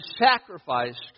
sacrificed